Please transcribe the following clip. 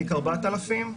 תיק 4,000,